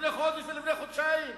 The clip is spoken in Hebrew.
לפני חודש ולפני חודשיים.